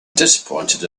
disappointed